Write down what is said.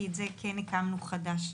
כי את זה כן הקמנו חדש.